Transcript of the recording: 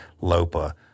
LOPA